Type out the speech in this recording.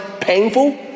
painful